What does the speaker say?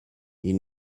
you